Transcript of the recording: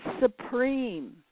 supreme